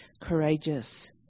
courageous